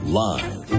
live